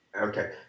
Okay